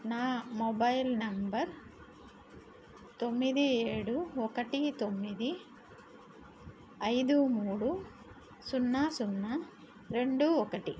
నా mobile number తొమ్మిది ఏడు ఒకటి తొమ్మిది ఐదు మూడు సున్నా సున్నా రెండు ఒకటి